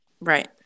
Right